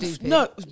no